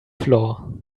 floor